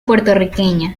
puertorriqueña